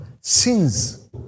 sins